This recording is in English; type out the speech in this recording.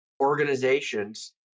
organizations